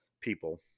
people